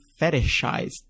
fetishized